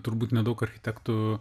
turbūt nedaug architektų